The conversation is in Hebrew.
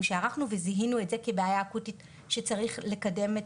שערכנו וזיהינו את זה כבעיה אקוטית שצריך לקדם את